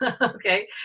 Okay